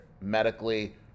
medically